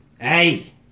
Hey